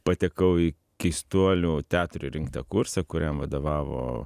patekau į keistuolių teatrui rinktą kursą kuriam vadovavo